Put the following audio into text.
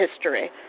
history